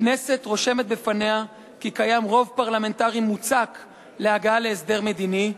הכנסת רושמת בפניה כי קיים רוב פרלמנטרי מוצק להגעה להסדר מדיני.